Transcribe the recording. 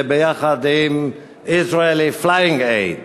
ויחד עם Israeli Flying Aid,